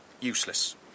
Useless